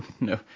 no